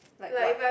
like what